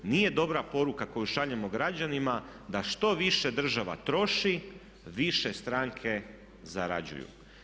Nije dobra poruka koju šaljemo građanima da što više država troši više stranke zarađuju.